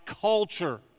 culture